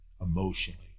emotionally